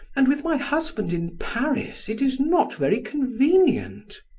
and with my husband in paris it is not very convenient.